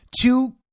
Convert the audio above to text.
two